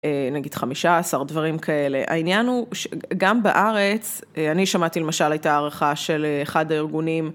נגיד חמישה עשר דברים כאלה, העניין הוא שגם בארץ, אני שמעתי למשל את הערכה של אחד הארגונים